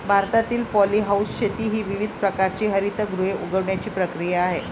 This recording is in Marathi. भारतातील पॉलीहाऊस शेती ही विविध प्रकारची हरितगृहे उगवण्याची प्रक्रिया आहे